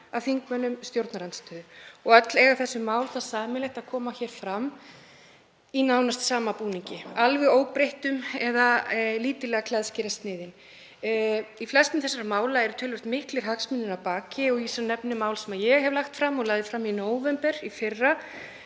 af þingmönnum stjórnarandstöðu. Og öll eiga þessi mál það sameiginlegt að koma fram í nánast sama búningi alveg óbreyttum eða lítillega klæðskerasniðin. Í flestum þessara mála eru töluvert miklir hagsmunir að baki. Ég nefni mál sem ég lagði fram í nóvember í fyrra,